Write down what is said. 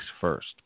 first